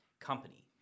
company